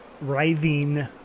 writhing